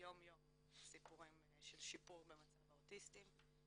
יום-יום סיפורים של שיפור במצב האוטיסטים.